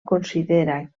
considera